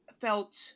felt